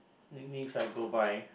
nicknames I go by